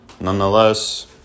nonetheless